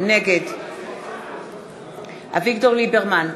נגד אביגדור ליברמן,